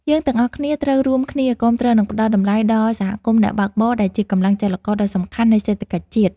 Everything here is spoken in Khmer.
យើងទាំងអស់គ្នាត្រូវរួមគ្នាគាំទ្រ និងផ្ដល់តម្លៃដល់សហគមន៍អ្នកបើកបរដែលជាកម្លាំងចលករដ៏សំខាន់នៃសេដ្ឋកិច្ចជាតិ។